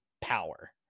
power